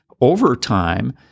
overtime